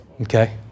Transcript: okay